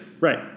right